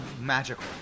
magical